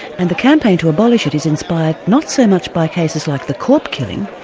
and the campaign to abolish it is inspired not so much by cases like the korp killing,